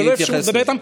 ללא אפשרות לדבר איתם.